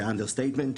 זה אנדרסטייטמנט,